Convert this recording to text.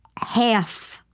half,